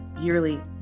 yearly